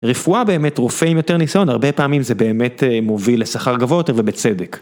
רפואה באמת רופא עם יותר ניסיון, הרבה פעמים זה באמת מוביל לסחר גבוה יותר ובצדק.